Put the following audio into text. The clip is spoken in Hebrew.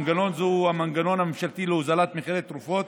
מנגנון זה הוא המנגנון הממשלתי להורדת מחירי תרופות